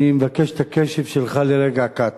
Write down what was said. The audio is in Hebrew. אני מבקש את הקשב שלך לרגע קט.